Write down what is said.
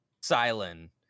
silent